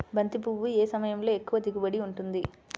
బంతి పువ్వు ఏ సమయంలో ఎక్కువ దిగుబడి ఉంటుంది?